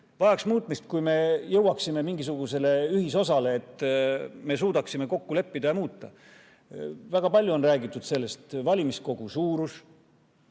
Vajaks muutmist, kui me jõuaksime mingisugusele ühisosale, et me suudaksime kokku leppida ja muuta. Väga palju on räägitud valimiskogu suurusest,